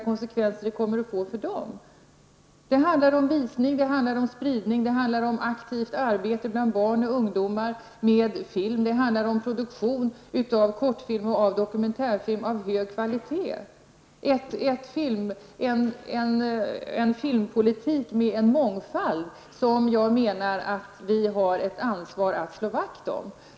Det handlar om visning, om spridning, om aktivt arbete bland barn och ungdom med film, om produktion av kortfilm och dokumentärfilm av hög kvalitet, osv. Jag menar att vi har ett ansvar för att slå vakt om en filmpolitik med mångfald.